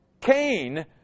Cain